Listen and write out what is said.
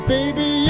Baby